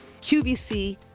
qvc